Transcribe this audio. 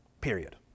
period